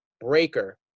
Breaker